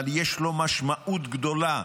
אבל יש לו משמעות גדולה.